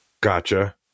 Gotcha